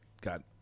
got